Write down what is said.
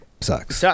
sucks